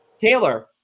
Taylor